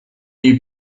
you